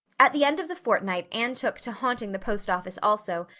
at the end of the fortnight anne took to haunting the post office also,